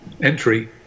entry